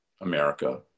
America